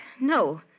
No